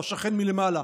בשכן מלמעלה,